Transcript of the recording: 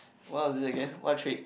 what was it again what trait